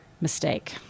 mistake